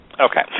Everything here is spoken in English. Okay